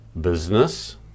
business